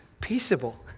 peaceable